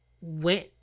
went